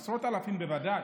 עשרות אלפים בוודאי,